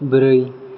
ब्रै